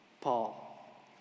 Paul